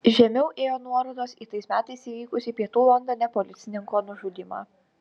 žemiau ėjo nuorodos į tais metais įvykusį pietų londone policininko nužudymą